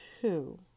two